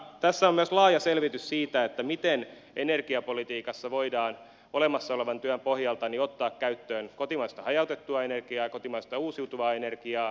tässä on myös laaja selvitys siitä miten energiapolitiikassa voidaan olemassa olevan työn pohjalta ottaa käyttöön kotimaista hajautettua energiaa ja kotimaista uusiutuvaa energiaa